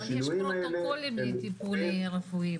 אבל יש פרוטוקולים לטיפול רפואי.